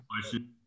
question